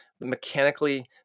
mechanically